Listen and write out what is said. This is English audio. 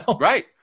Right